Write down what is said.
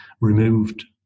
removed